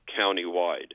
countywide